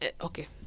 okay